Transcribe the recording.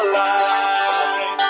light